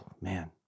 Man